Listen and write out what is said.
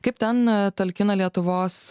kaip ten talkina lietuvos